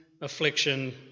affliction